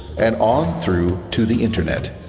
and on through to the internet,